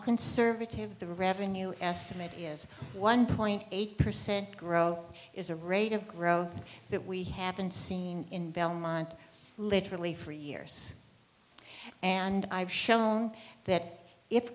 conservative the revenue estimate is one point eight percent growth is a rate of growth that we haven't seen in belmont literally for years and i've shown that i